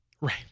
right